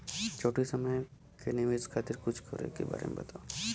छोटी समय के निवेश खातिर कुछ करे के बारे मे बताव?